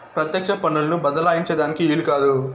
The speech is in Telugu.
పెత్యెక్ష పన్నులను బద్దలాయించే దానికి ఈలు కాదు